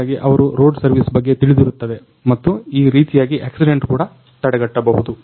ಹಾಗಾಗಿ ಅವರು road service ಬಗ್ಗೆ ತಿಳಿದಿರುತ್ತದೆ ಮತ್ತು ಈ ರೀತಿಯಾಗಿ ಅಕ್ಸಿಡೆಂಟ್ ಕೂಡ ತಡೆಗಟ್ಟಬಹುದು